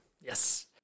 Yes